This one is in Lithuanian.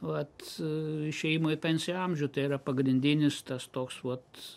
vat išėjimo į pensiją amžių tai yra pagrindinis tas toks vat